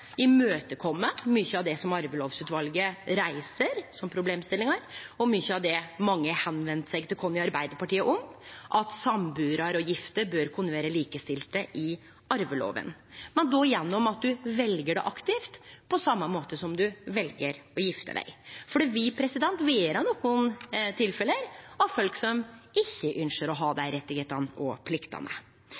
mykje av det som Arvelovutvalet reiser som problemstillingar, og mykje av det som mange har vendt seg til oss i Arbeidarpartiet om; at sambuarar og gifte bør kunne vere likestilte i arveloven – men då gjennom at du vel det aktivt, på same måten som du vel å gifte deg. For det vil vere nokre tilfelle der folk ikkje ynskjer å ha dei rettane og pliktene.